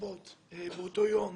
רבות באותו יום.